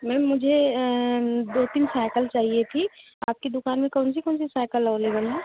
ma'am मुझे दो तीन साइकिल चाहिए थी आपकी दुकान में कौन सी कौन सी साइकिल अवेलेबल है